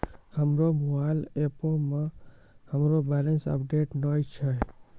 हमरो मोबाइल एपो मे हमरो बैलेंस अपडेट नै छै